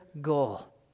goal